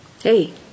Hey